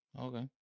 Okay